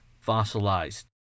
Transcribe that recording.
fossilized